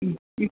ഉം ഉം